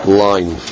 line